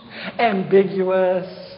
Ambiguous